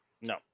no